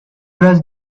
rush